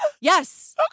Yes